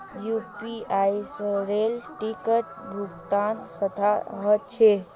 UPI स rail ticket भुक्तान सस्ता ह छेक